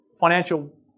financial